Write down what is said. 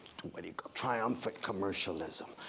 to but a triumphant commercialism,